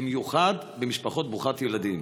במיוחד במשפחות ברוכת ילדים,